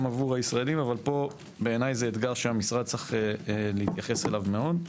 עבור הישראלים אבל פה בעיניי זה אתגר שהמשרד צריך להתייחס אליו מאוד.